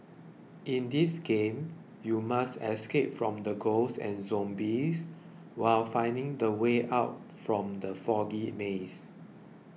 in this game you must escape from the ghosts and zombies while finding the way out from the foggy maze